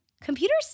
Computers